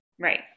Right